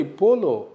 polo